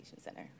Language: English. Center